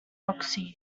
roxy